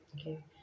Okay